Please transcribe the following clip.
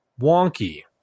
wonky